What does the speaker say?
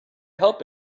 help